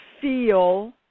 feel